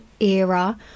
era